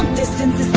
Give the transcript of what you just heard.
distance